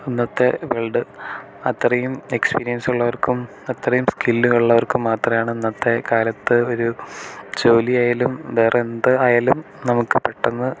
ഇന്നത്തെ വേൾഡ് അത്രയും എക്സ്പീരിയൻസ് ഉള്ളവർക്കും അത്രയും സ്കിൽ ഉള്ളവർക്കും മാത്രമാണ് ഇന്നത്തെക്കാലത്ത് ഒരു ജോലി ആയാലും വേറെ എന്ത് ആയാലും നമുക്ക് പെട്ടെന്ന്